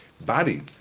body